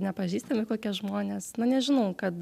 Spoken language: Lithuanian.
nepažįstami kokie žmonės na nežinau kad